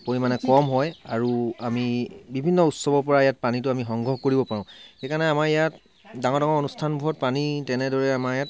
পৰিমাণে কম হয় আৰু আমি বিভিন্ন উৎসবৰ পৰা ইয়াত পানীটো আমি সংগ্ৰহ কৰিব পাৰো সেইকাৰণে আমাৰ ইয়াত ডাঙৰ ডাঙৰ অনুষ্ঠানবোৰত পানী তেনেদৰে আমাৰ ইয়াত